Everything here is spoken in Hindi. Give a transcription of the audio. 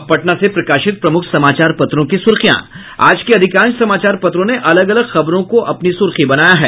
अब पटना से प्रकाशित प्रमुख समाचार पत्रों की सुर्खियां आज के अधिकांश समाचार पत्रों ने अलग अलग खबरों को अपनी सुर्खी बनाया है